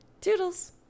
toodles